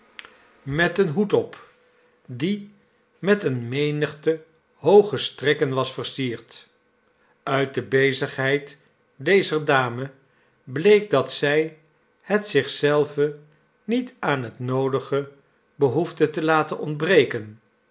met een hoed op die met eene menigte hooge strikken was versierd uit de bezigheid dezer dame bleek dat zij het zich zelve niet aan het noodige behoefde te laten ontbreken